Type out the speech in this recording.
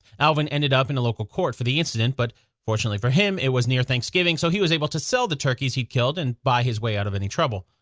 alvin ended up in a local court for the incident, but fortunately for him it was near thanksgiving so he was able to sell the turkeys he killed and buy his way out of any trouble.